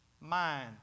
mind